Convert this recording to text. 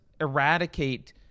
eradicate